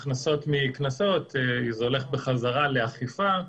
הכנסות מקנסות, זה הולך בחזרה לאכיפה,